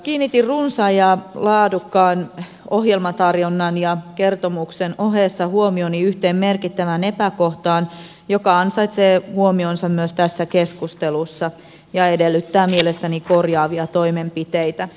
kiinnitin runsaan ja laadukkaan ohjelmatarjonnan ohessa huomioni yhteen merkittävään epäkohtaan joka ansaitsee huomionsa myös tässä keskustelussa ja edellyttää mielestäni korjaavia toimenpiteitä